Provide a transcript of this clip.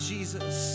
Jesus